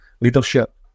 leadership